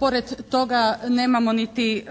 pored toga nemamo niti